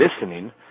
listening